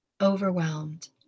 overwhelmed